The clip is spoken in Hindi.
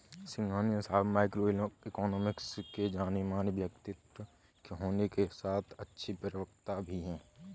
सिंघानिया साहब माइक्रो इकोनॉमिक्स के जानेमाने व्यक्तित्व होने के साथ अच्छे प्रवक्ता भी है